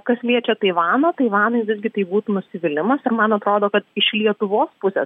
kas liečia taivaną taivanui visgi tai būtų nusivylimas ir man atrodo kad iš lietuvos pusės